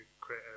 create